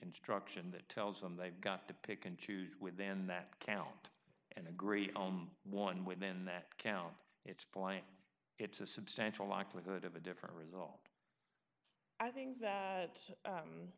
instruction that tells them they've got to pick and choose within that count and agree on one within that count it's plain it's a substantial likelihood of a different result i think